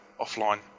offline